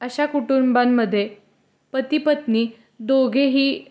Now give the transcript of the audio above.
अशा कुटुंबांमध्ये पती पत्नी दोघेही